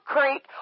Creek